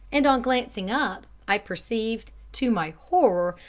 and on glancing up i perceived, to my horror,